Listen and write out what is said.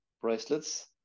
bracelets